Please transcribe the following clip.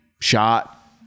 shot